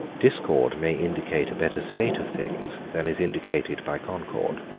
discord may indicate a better state of things than is indicated by concord.